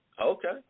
Okay